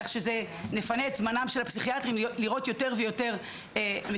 כך שזה מפנה את זמנם של הפסיכיאטרים לראות יותר ויותר מטופלים,